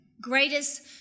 greatest